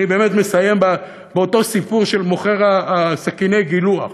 אני באמת מסיים באותו סיפור של מוכר סכיני הגילוח,